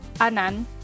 Anan